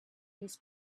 his